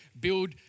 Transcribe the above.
build